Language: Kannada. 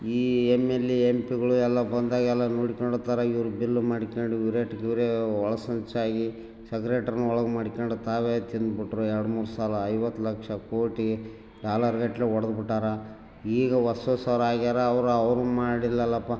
ಈ ಎಮ್ ಎಲ್ ಎ ಎಂಪಿ ಗಳು ಎಲ್ಲ ಬಂದಾಗೆಲ್ಲ ನೋಡಿಕೊಂಡ್ ಹೋಗ್ತಾರ ಇವ್ರು ಬಿಲ್ ಮಾಡಿಕೊಂಡ ಇವ್ರೊಟ್ಟಿಗ್ ಇವರೇ ಒಳಸಂಚಾಗಿ ಸಗ್ರೇಟರ್ನು ಒಳಗೆ ಮಾಡಿಕೊಂಡ್ ತಾವೇ ತಿಂದುಬಿಟ್ರೆ ಎರಡು ಮೂರು ಸಲ ಐವತ್ತು ಲಕ್ಷ ಕೋಟಿ ಡಾಲರ್ಗಟ್ಟಲೆ ಹೊಡ್ದ್ ಬಿಟ್ಟಾರೆ ಈಗ ಹೊಸ್ಸಸ್ಸವ್ರು ಆಗ್ಯಾರ ಅವ್ರು ಅವ್ರು ಮಾಡಿಲ್ಲಲಪ್ಪ